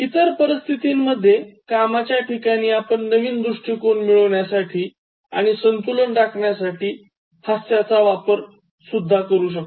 इतर परिस्थितींमध्ये कामाच्या ठिकाणी आपण नवीन दृष्टीकोन मिळविण्यासाठी आणि संतुलन राखण्यासाठी हास्याचा वापर करू शकता